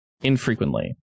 infrequently